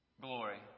Glory